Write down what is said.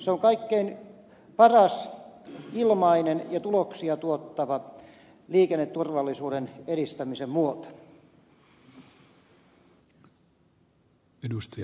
se on kaikkein paras ilmainen ja tuloksia tuottava liikenneturvallisuuden edistämisen muoto